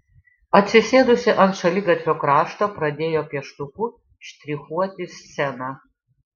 atsisėdusi ant šaligatvio krašto pradėjo pieštuku štrichuoti sceną